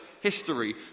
history